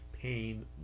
pain